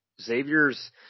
Xavier's